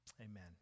Amen